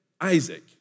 Isaac